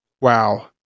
Wow